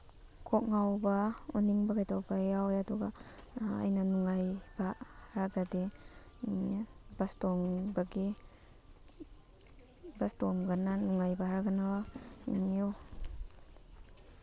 ꯀꯣꯛ ꯉꯥꯎꯕ ꯑꯣꯅꯤꯡꯕ ꯀꯩꯗꯧꯕ ꯌꯥꯎꯋꯦ ꯑꯗꯨꯒ ꯑꯩꯅ ꯅꯨꯡꯉꯥꯏꯕ ꯍꯥꯏꯔꯒꯗꯤ ꯕꯁ ꯇꯣꯡꯕꯒꯤ ꯕꯁ ꯇꯣꯡꯕꯅ ꯅꯨꯡꯉꯥꯏꯕ ꯍꯥꯏꯔꯒꯅ